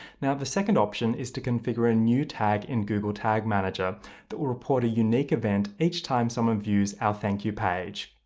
the second option is to configure a new tag in google tag manager that will report a unique event each time someone views our thank you page.